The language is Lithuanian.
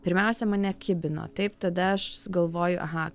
pirmiausia mane kibino taip tada aš susigalvoju aha